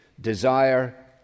desire